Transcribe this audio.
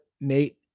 Nate